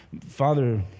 Father